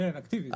כן, אקטיבית.